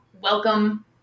welcome